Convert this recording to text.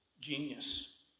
genius